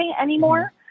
anymore